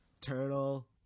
Turtle